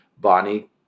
Bonnie